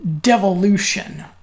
devolution